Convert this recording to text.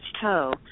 toe